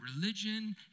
religion